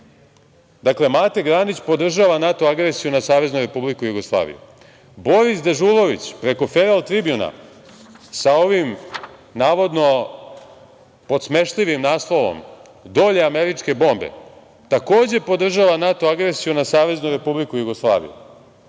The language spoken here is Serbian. stvar. Mate Granić podržava NATO agresiju na Saveznu Republiku Jugoslaviju. Boris Dežulović preko Feral Tribjuna sa ovim navodno podsmešljivim naslovom „Dolje američke bombe“, takođe podržava NATO agresiju na Saveznu Republiku Jugoslaviju